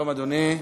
שלום, אדוני.